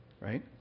right